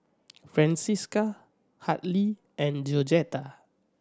Francesca Hartley and Georgetta